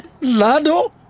Lado